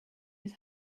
his